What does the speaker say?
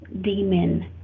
demon